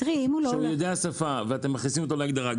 שהוא יודע את השפה ואתם מכניסים אותו להגדרה.